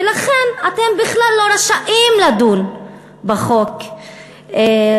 ולכן אתם בכלל לא רשאים לדון בחוק שמשנה